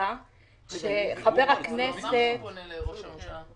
הממשלה -- הוא אמר שהוא פונה לראש הממשלה.